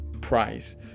price